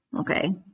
Okay